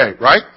right